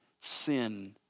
sin